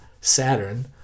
Saturn